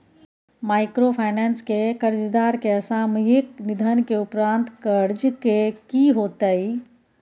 Microfinance के कर्जदार के असामयिक निधन के उपरांत कर्ज के की होतै?